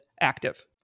active